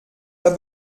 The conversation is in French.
pas